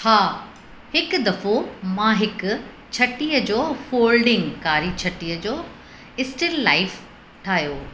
हा हिकु दफ़ो मां हिकु छटीअ जो फ़ॉलडिंग कारी छटीअ जो स्टिल लाइफ़ ठाहियो